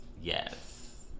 Yes